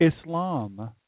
Islam